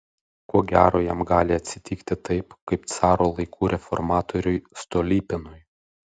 ko gero jam gali atsitikti taip kaip caro laikų reformatoriui stolypinui